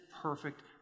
perfect